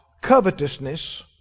covetousness